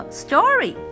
story